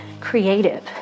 creative